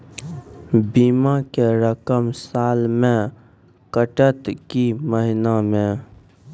बीमा के रकम साल मे कटत कि महीना मे?